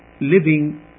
living